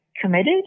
committed